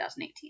2018